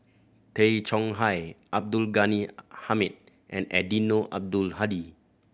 Tay Chong Hai Abdul Ghani Hamid and Eddino Abdul Hadi